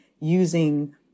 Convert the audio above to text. using